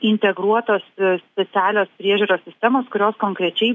integruotos specialios priežiūros sistemos kurios konkrečiai